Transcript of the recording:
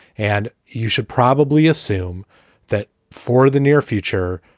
and you should probably assume that for the near future,